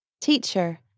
Teacher